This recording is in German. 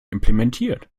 implementiert